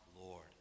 Lord